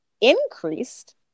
increased